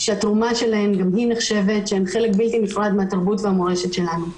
שהתרמה שלהן נחשבת והן חלק בלתי נפרד מהתרבות והמורשת שלנו.